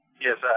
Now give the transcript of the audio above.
Yes